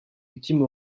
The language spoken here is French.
victimes